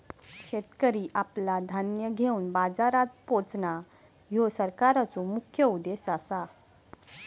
शेतकरी आपला धान्य घेवन बाजारात पोचणां, ह्यो सरकारचो मुख्य उद्देश आसा